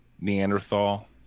Neanderthal